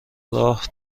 راه